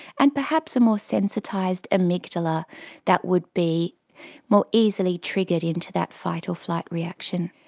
and perhaps a more sensitised amygdala that would be more easily triggered into that fight or flight reaction.